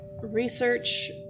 Research